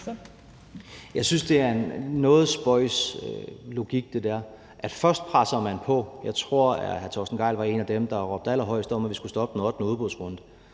Jeg synes, det dér er en noget spøjs logik. Altså, først presser man på, og jeg tror, at hr. Torsten Gejl var en af dem, der råbte allerhøjst om, at vi skulle stoppe den ottende udbudsrunde,